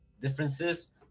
differences